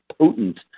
potent